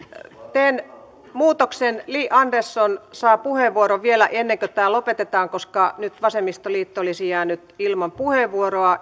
teen muutoksen li andersson saa puheenvuoron vielä ennen kuin tämä lopetetaan koska nyt vasemmistoliitto olisi jäänyt ilman puheenvuoroa